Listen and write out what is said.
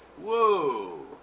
Whoa